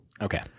Okay